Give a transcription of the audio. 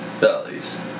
bellies